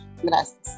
gracias